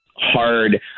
hard